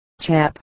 Chap